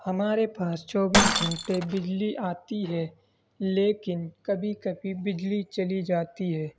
ہمارے پاس چوبیس گھنٹے بجلی آتی ہے لیکن کبھی کبھی بجلی چلی جاتی ہے